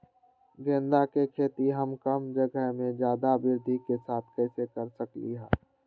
गेंदा के खेती हम कम जगह में ज्यादा वृद्धि के साथ कैसे कर सकली ह?